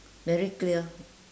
very clear